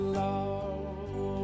love